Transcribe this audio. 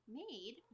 made